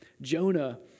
Jonah